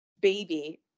baby